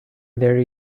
there